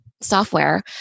software